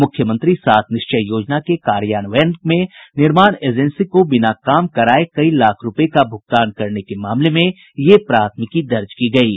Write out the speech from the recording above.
मुख्यमंत्री सात निश्चय योजना के कार्यान्वयन में निर्माण एजेंसी को बिना काम कराये कई लाख रूपये का भुगतान करने के मामले में यह प्राथमिकी दर्ज की गयी है